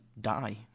die